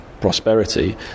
prosperity